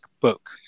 book